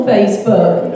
Facebook